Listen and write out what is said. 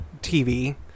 TV